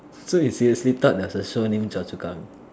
so you seriously thought there's a show named Choa-Chu-Kang